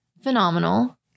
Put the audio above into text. phenomenal